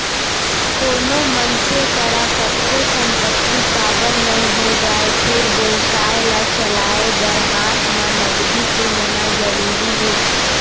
कोनो मनसे करा कतको संपत्ति काबर नइ हो जाय फेर बेवसाय ल चलाय बर हात म नगदी के होना जरुरी हे